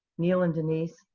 neil and denise,